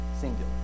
singular